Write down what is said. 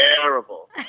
terrible